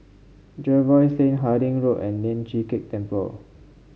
Jervois Lane Harding Road and Lian Chee Kek Temple